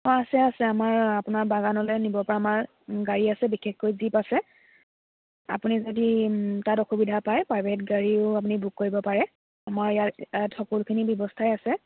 অ' আছে আছে আমাৰ আপোনাৰ বাগানলৈ নিব পৰা আমাৰ গাড়ী আছে বিশেষকৈ জীপ আছে আপুনি যদি তাত অসুবিধা পায় প্ৰাইভেট গাড়ীও আপুনি বুক কৰিব পাৰে আমাৰ ইয়াৰ ইয়াত সকলোখিনি ব্যৱস্থাই আছে